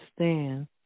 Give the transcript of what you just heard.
understand